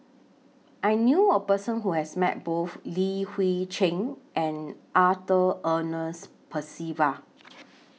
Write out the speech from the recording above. I knew A Person Who has Met Both Li Hui Cheng and Arthur Ernest Percival